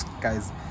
guys